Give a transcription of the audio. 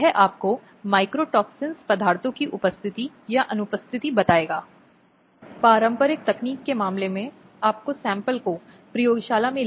वह बच्चों के लिए अस्थायी निगरानी के आदेश मांग सकती है